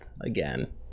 again